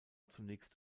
zunächst